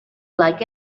like